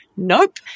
Nope